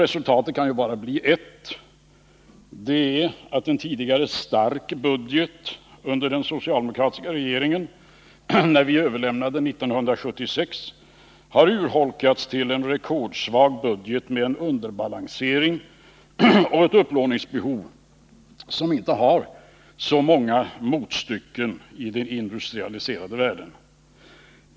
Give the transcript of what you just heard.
Resultatet kan bara bli ett, och det är att en tidigare stark budget under den socialdemokratiska regeringen, när vi lämnade över 1976, har urholkats till en rekordsvag budget med en underbalansering och ett upplåningsbehov som inte har så många motstycken i den industrialiserade världen.